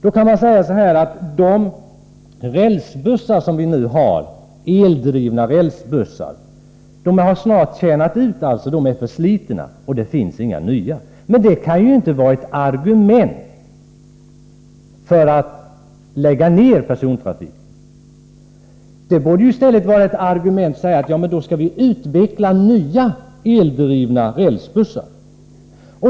Visserligen är de eldrivna rälsbussar vi nu har förslitna och har snart tjänat ut, och det finns inga nya. Men det kan ju inte vara ett argument för att lägga ned persontrafiken! Det borde ju i stället vara ett argument för att utveckla nya, eldrivna rälsbussar.